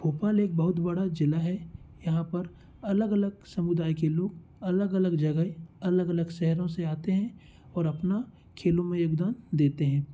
भोपाल एक बहुत बड़ा ज़िला है यहाँ पर अलग अलग समुदाय के लोग अलग अलग जगह अलग अलग शहरों से आते हैं और अपना खेलों में एक दम देते हैं